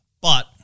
But-